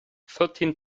thirteen